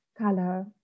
color